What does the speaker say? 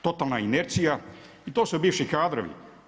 Totalna inercija i to su bivši kadrovi.